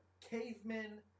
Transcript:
cavemen